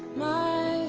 my